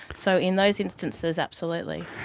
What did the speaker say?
so in those instances, absolutely.